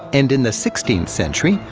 and in the sixteenth century,